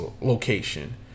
location